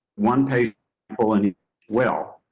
one page pulling well.